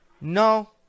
No